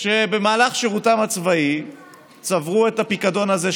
שבמהלך שירותם הצבאי צברו את הפיקדון הזה,